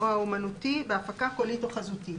דים) (תיקון הכללת עובדים בתחום הפקות אודיו ויזואליות במסגרת הצו),